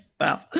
Wow